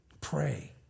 pray